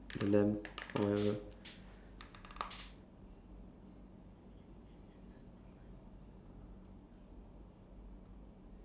and then oh my god